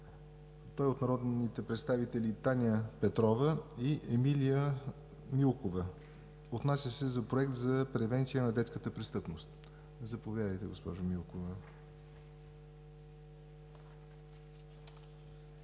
който е от народните представители Таня Петрова и Емилия Милкова, отнасящ се за Проект за превенция на детската престъпност. Заповядайте, госпожо Петрова.